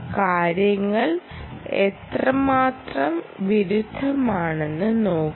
കാര്യങ്ങൾ എത്രമാത്രം വിരുദ്ധമാണെന്ന് നോക്കൂ